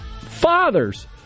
Fathers